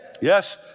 Yes